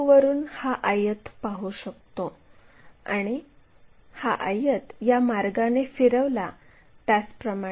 slide पाहू उदाहरण 4 PQ आणि QR या दोन स्ट्रेट लाईन आहेत